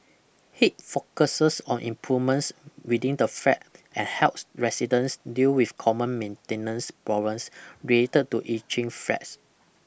Hip focuses on improvements within the flat and helps residents deal with common maintenance problems related to ageing flats